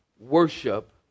worship